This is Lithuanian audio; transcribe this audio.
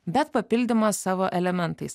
bet papildymas savo elementais